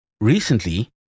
Recently